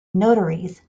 notaries